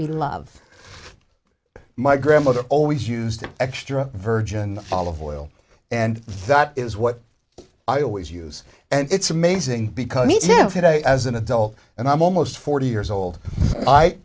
we love my grandmother always used an extra virgin olive oil and that is what i always use and it's amazing because i need to feed a as an adult and i'm almost forty years old i